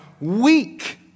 weak